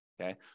okay